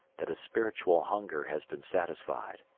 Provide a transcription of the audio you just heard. that a spiritual hunger has been satisfied,